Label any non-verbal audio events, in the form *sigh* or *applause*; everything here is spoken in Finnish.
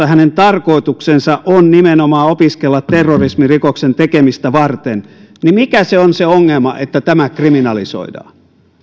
*unintelligible* hänen tarkoituksensa on nimenomaan opiskella terrorismirikoksen tekemistä varten niin mikä se on se ongelma että tämä kriminalisoidaan